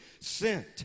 sent